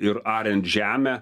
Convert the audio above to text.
ir ariant žemę